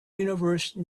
universe